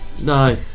No